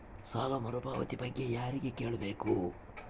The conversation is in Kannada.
ಸಾಲ ಮರುಪಾವತಿ ಬಗ್ಗೆ ಯಾರಿಗೆ ಕೇಳಬೇಕು?